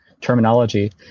terminology